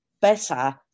better